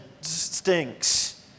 stinks